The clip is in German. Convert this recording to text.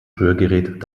rührgerät